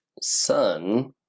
son